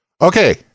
Okay